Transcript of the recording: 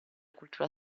cultura